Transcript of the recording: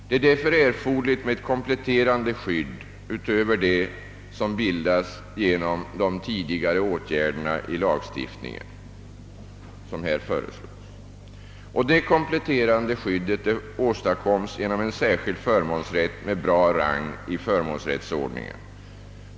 Det är därför erforderligt med ett kompletterande skydd utöver det som skapats genom de tidigare nämnda åtgärderna i lagstiftningen. Detta kompletterande skydd åstadkommes genom en särskild förmånsrätt med bra rang i förmånsrättsordningen.